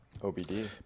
OBD